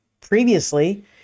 previously